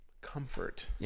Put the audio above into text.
comfort